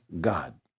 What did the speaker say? God